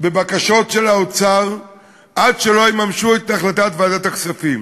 בבקשות של האוצר עד שיממשו את החלטת ועדת הכספים.